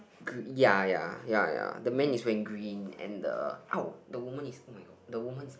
green ya ya ya ya the man is wearing green and the !ow! the woman is oh-my-god the woman is